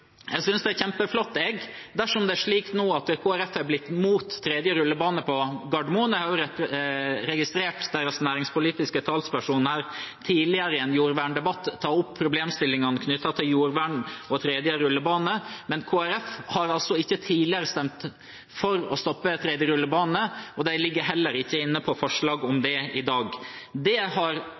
Jeg synes det er kjempeflott dersom det er slik at Kristelig Folkeparti nå er blitt imot en tredje rullebane på Gardermoen. Jeg har registrert at deres næringspolitiske talsperson i en jordverndebatt tidligere tok opp problemstillingene knyttet til jordvern og en tredje rullebane, men Kristelig Folkeparti har ikke tidligere stemt for å stoppe en tredje rullebane. De står heller ikke bak forslag om det i dag. Det har